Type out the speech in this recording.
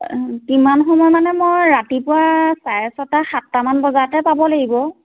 কিমান সময় মানে মই ৰাতিপুৱা চাৰে ছটা সাতটামান বজাতে পাব লাগিব